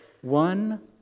one